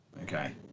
okay